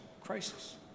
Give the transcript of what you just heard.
crisis